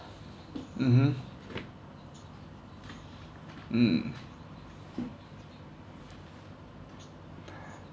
mmhmm mm